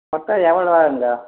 மொத்தம் எவ்வளோ ஆகும்ங்க